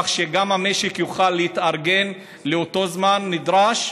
כך שגם המשק יוכל להתארגן באותו זמן נדרש.